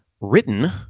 written